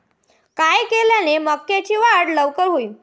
काय केल्यान मक्याची वाढ लवकर होईन?